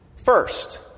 First